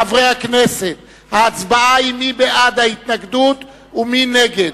חברי הכנסת, ההצבעה היא מי בעד ההתנגדות ומי נגד.